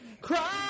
Cry